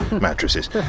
mattresses